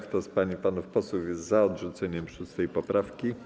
Kto z pań i panów posłów jest za odrzuceniem 6. poprawki,